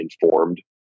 informed